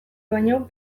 baino